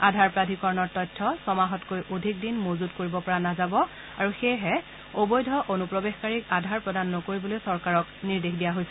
আধাৰ প্ৰাধিকৰণৰ তথ্য ছমাহতকৈ অধিক দিন মজুত কৰিব পৰা নাযাব আৰু সেয়েহে অবৈধ অনুপ্ৰৱেশকাৰীক আধাৰ প্ৰদান নকৰিবলৈ চৰকাৰক নিৰ্দেশ দিয়া হৈছে